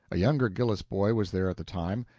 a younger gillis boy was there at the time,